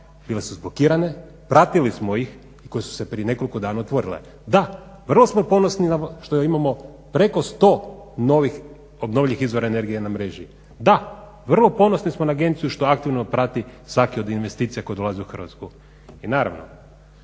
bile su zblokirane, pratili smo ih i koje su se prije nekoliko dana otvorile. Da, vrlo smo ponosni što imamo preko 100 obnovljivih izvora energije na mreži, da vrlo ponosni smo na agenciju što aktivno prati svaki od investicija koje dolaze u Hrvatsku. I naravno